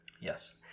Yes